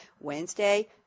Wednesday